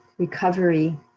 recovery